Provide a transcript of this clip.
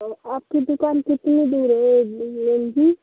तो आपकी दुकान कितनी दूर है एलन जी